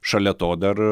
šalia to dar